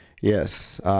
Yes